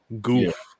Goof